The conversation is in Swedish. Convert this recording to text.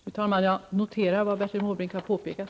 Fru talman! Jag noterar vad Bertil Måbrink här har påpekat.